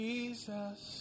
Jesus